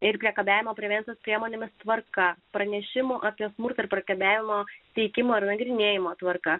ir priekabiavimo prevencijos priemonėmis tvarka pranešimų apie smurtą ir priekabiavimą teikimo ir nagrinėjimo tvarka